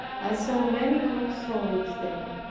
i saw many good souls there.